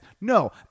No